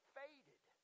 faded